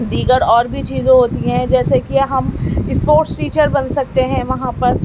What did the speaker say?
دیگر اور بھی چیزیں ہوتی ہیں جیسے کہ ہم اسپورٹس ٹیچر بن سکتے ہیں وہاں پر